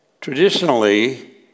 Traditionally